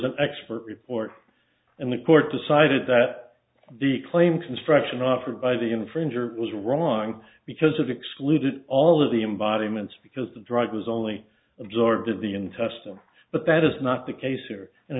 an expert report and the court decided that the claim construction offered by the infringer was wrong because of excluded all of the embodiments because the drug was only absorbed of the intestine but that is not the case here and